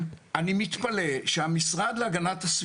אני רוצה לומר שהטמנת פסולת זה לא המדיניות של המשרד להגנת הסביבה.